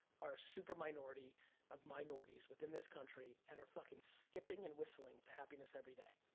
are a super minority of minorities within this country and are fucking skipping and whistling to happiness every day.